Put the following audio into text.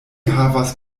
havas